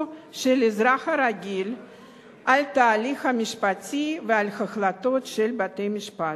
של האזרח הרגיל על התהליך המשפטי ועל החלטות של בתי-המשפט.